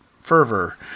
fervor